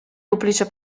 duplice